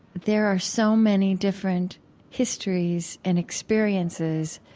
there are so many different histories and experiences